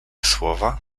słowa